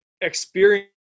experience